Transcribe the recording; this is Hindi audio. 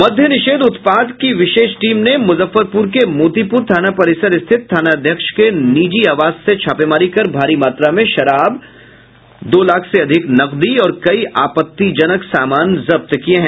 मद्य निषेध उत्पाद की विशेष टीम ने मुजफ्फरपुर के मोतिपुर थाना परिसर स्थित थानाध्यक्ष के निजी आवास से छापेमारी कर भारी मात्रा में शराब दो लाख से अधिक नकदी और कई आपत्तिजनक समान जब्त किये हैं